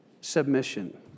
submission